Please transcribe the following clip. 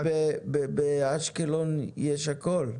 אבל באשקלון יש הכל.